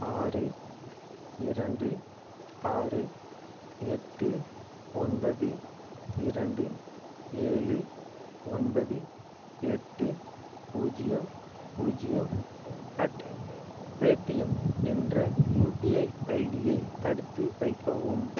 ஆறு இரண்டு ஆறு எட்டு ஒன்பது இரண்டு ஏழு ஒன்பது எட்டு பூஜ்ஜியம் பூஜ்ஜியம் அட் பேடீஎம் என்ற யுபிஐ ஐடியை தடுத்து வைக்கவும்